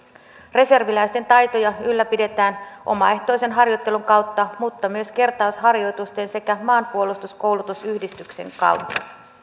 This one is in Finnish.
reserviläisten taitoja ylläpidetään omaehtoisen harjoittelun kautta mutta myös kertausharjoitusten sekä maanpuolustuskoulutusyhdistyksen kautta